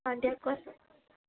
অঁ দিয়া কোৱা